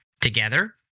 together